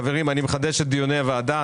חברים, אני מחדש את דיוני הוועדה.